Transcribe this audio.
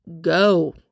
go